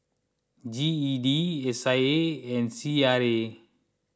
G E D S I A and C R A